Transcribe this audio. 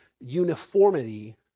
uniformity